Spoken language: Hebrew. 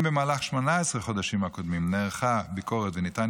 אם במהלך 18 החודשים הקודמים נערכה ביקורת וניתן